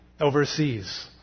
overseas